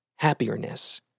Happierness